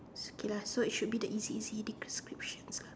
is okay lah so it should be the easy easy description